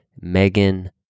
Megan